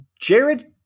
Jared